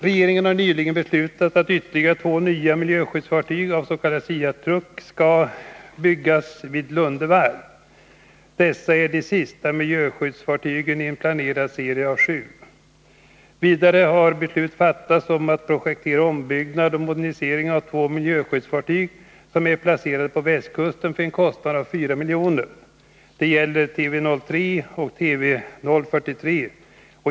Regeringen har nyligen beslutat att ytterligare två nya miljöskyddsfartyg av s.k. sea truck-typ skall byggas vid Lunde varv. Dessa är de sista miljöskyddsfartygen i en planerad serie om sju. Vidare har beslut fattats om att projektera ombyggnad och modernisering av två miljöskyddsfartyg, som är placerade på västkusten, för en kostnad av 4 milj.kr. Det gäller Tv 03 och Tv 043.